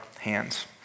hands